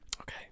Okay